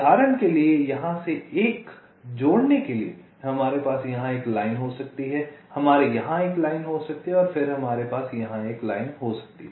उदाहरण के लिए यहाँ से 1 जोड़ने के लिए हमारे पास यहाँ एक लाइन हो सकती है हमारे यहाँ एक लाइन हो सकती है फिर हमारे पास यहाँ एक लाइन हो सकती है